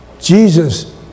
Jesus